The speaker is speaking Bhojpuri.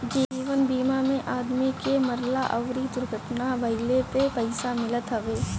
जीवन बीमा में आदमी के मरला अउरी दुर्घटना भईला पे पईसा मिलत हवे